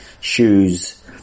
shoes